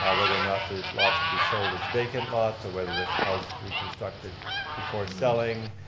ah whether or not the lots would be sold as vacant lots or whether the houses will be constructed before selling,